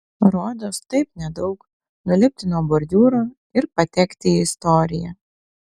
rodos taip nedaug nulipti nuo bordiūro ir patekti į istoriją